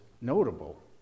notable